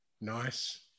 Nice